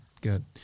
good